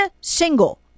single